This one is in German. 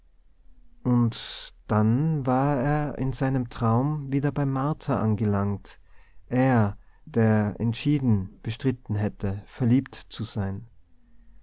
und dann war er in seinem traum wieder bei martha angelangt er der entschieden bestritten hätte verliebt zu sein